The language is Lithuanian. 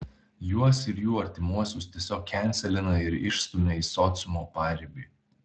juos ir jų artimuosius tiesiog kenselina ir išstumia į sociumo paribį